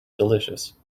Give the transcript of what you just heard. delicious